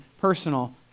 personal